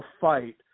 fight